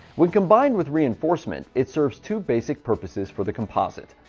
when combined with reinforcement, it serves two basic purposes for the composite.